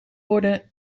worden